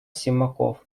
симаков